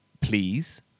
please